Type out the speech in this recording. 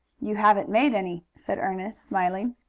you haven't made any, said ernest, smiling.